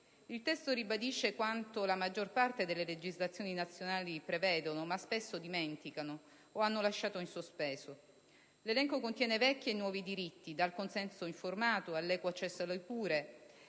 Il testo ribadisce quanto la maggior parte delle legislazioni nazionali prevedono, ma spesso dimenticano o hanno lasciato in sospeso. L'elenco contiene vecchi e nuovi diritti: dal consenso informato all'equo accesso alle cure,